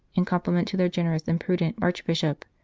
in com pliment to their generous and prudent archbishop,